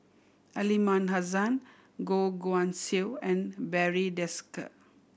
Aliman Hassan Goh Guan Siew and Barry Desker